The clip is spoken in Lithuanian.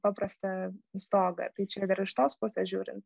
paprastą stogą tai čia dar iš tos pusės žiūrint